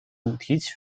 主题曲